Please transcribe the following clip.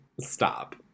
stop